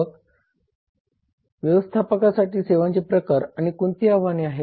मग व्यवस्थापकासाठी सेवांचे प्रकार आणि कोणती आव्हाने आहेत